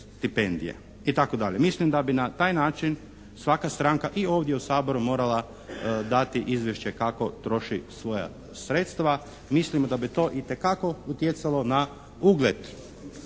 i tako dalje. Mislim da bi na taj način svaka stranka i ovdje u Saboru morala dati izvješće kako troši svoja sredstva. Mislimo da bi to itekako utjecalo na ugled